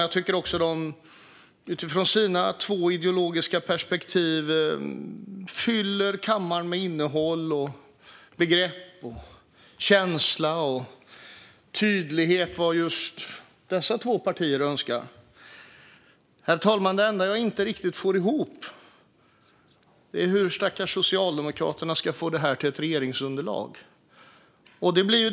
Jag tycker också att de utifrån sina två ideologiska perspektiv fyller kammaren med innehåll, begrepp, känsla och tydlighet om vad just dessa två partier önskar. Det enda jag inte riktigt får ihop är hur de stackars Socialdemokraterna ska få ihop det här till ett regeringsunderlag.